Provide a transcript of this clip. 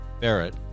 Barrett